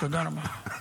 תודה רבה.